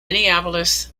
minneapolis